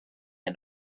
and